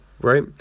right